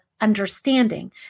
understanding